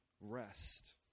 rest